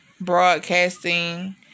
broadcasting